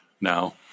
now